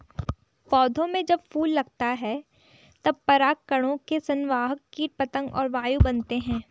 पौधों में जब फूल लगता है तब परागकणों के संवाहक कीट पतंग और वायु बनते हैं